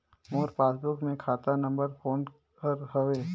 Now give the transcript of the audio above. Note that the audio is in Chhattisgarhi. मोर पासबुक मे खाता नम्बर कोन हर हवे?